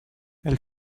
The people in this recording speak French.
elle